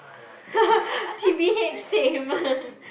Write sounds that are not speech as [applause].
[laughs] t_b_h same